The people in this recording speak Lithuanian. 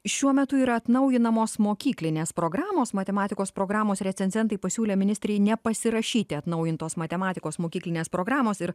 šiuo metu yra atnaujinamos mokyklinės programos matematikos programos recenzentai pasiūlė ministrei nepasirašyti atnaujintos matematikos mokyklinės programos ir